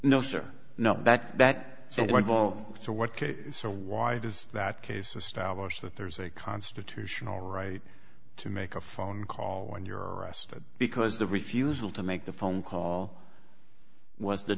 no sir not that that so well so what k so why does that case establish that there's a constitutional right to make a phone call when you're arrested because the refusal to make the phone call was the